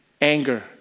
anger